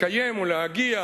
לקיים ולהגיע